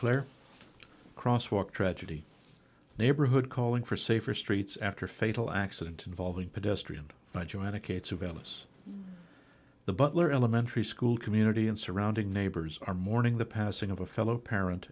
cler cross walk tragedy neighborhood calling for safer streets after a fatal accident involving pedestrians joanna cates of ellis the butler elementary school community and surrounding neighbors are mourning the passing of a fellow parent